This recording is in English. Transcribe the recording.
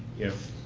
if